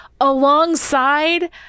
alongside